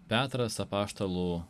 petras apaštalų